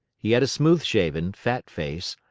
he had a smooth-shaven, fat face,